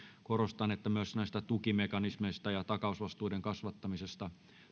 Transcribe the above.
korostan että myös näistä tukimekanismeista ja takausvastuiden kasvattamisesta